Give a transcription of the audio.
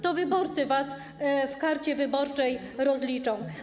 To wyborcy was na karcie wyborczej rozliczą.